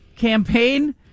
campaign